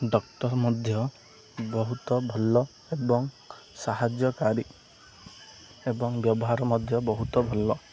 doctor ମଧ୍ୟ ବହୁତ ଭଲ ଏବଂ ସାହାଯ୍ୟକାରୀ ଏବଂ ବ୍ୟବହାର ମଧ୍ୟ ବହୁତ ଭଲ